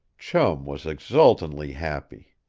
chum was exultantly happy.